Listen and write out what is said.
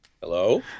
Hello